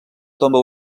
tomba